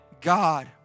God